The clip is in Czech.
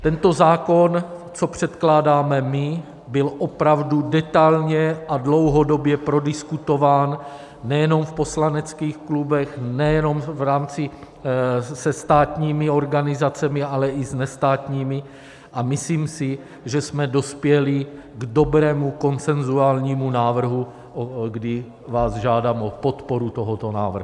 Tento zákon, co předkládáme my, byl opravdu detailně a dlouhodobě prodiskutován nejenom v poslaneckých klubech, nejenom v rámci se státními organizacemi, ale i s nestátními, a myslím si, že jsme dospěli k dobrému konsenzuálnímu návrhu, kdy vás žádám o podporu tohoto návrhu.